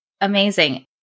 amazing